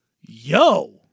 Yo